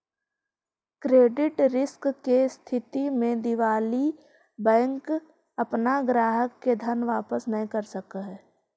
credit risk के स्थिति में दिवालि बैंक अपना ग्राहक के धन वापस न कर सकऽ हई